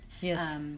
Yes